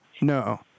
No